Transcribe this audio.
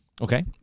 Okay